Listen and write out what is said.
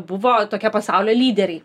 buvo tokie pasaulio lyderiai